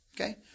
Okay